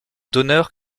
d’honneur